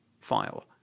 file